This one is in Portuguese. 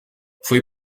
foi